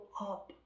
up